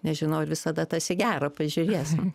nežinau ar visada tas į gerą pažiūrėsim